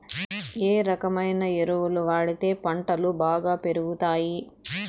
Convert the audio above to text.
ఏ రకమైన ఎరువులు వాడితే పంటలు బాగా పెరుగుతాయి?